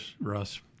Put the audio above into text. Russ